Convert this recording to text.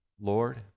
Lord